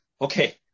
okay